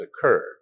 occurred